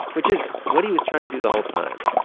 which is what he was trying to do the whole time.